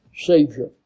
Savior